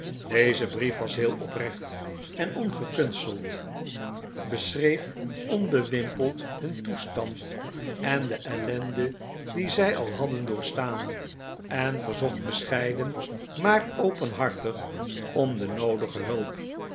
deze brief was heel oprecht en ongekunsteld beschreef onbewimpeld hun toestand en de ellenden die zij al hadden doorstaan en verzocht bescheiden maar openhartig om de noodige hulp